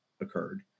occurred